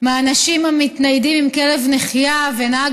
מאנשים המתניידים עם כלב נחייה שנהג